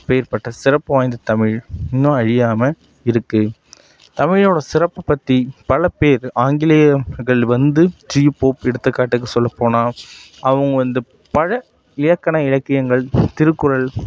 அப்பேர்ப்பட்ட சிறப்பு வாய்ந்த தமிழ் இன்னும் அழியாமல் இருக்குது தமிழோடய சிறப்பு பற்றி பல பேர் ஆங்கிலேயர்கள் வந்து ஜியு போப் எடுத்துக்காட்டுக்கு சொல்லப் போனால் அவங்க வந்து பல இலக்கண இலக்கியங்கள் திருக்குறள்